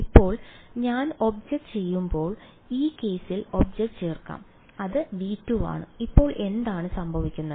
ഇപ്പോൾ ഞാൻ ഒബ്ജക്റ്റ് ചേർക്കുമ്പോൾ ഈ കേസിൽ ഒബ്ജക്റ്റ് ചേർക്കാം അത് V2 ആണ് ഇപ്പോൾ എന്താണ് സംഭവിക്കുന്നത്